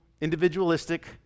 individualistic